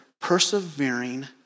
persevering